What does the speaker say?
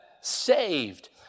saved